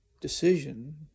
decision